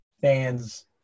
fans –